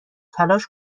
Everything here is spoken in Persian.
تلاش